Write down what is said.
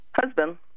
husband